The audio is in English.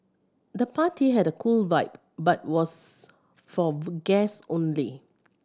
the party had a cool vibe but was for guests only